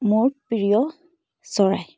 মোৰ প্ৰিয় চৰাই